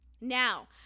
Now